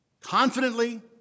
confidently